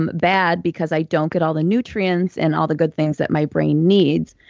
um bad, because i don't get all the nutrients and all the good things that my brain needs.